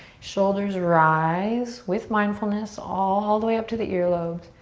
shoulders rise with mindfulness all the way up to the earlobes.